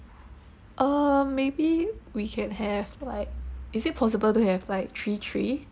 uh maybe we can have like is it possible to have like three three